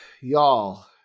y'all